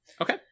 Okay